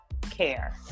care